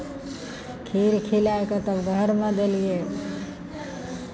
खीर खिलाय कऽ तब घरमे देलियै